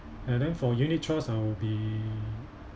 and then for unit trust I will be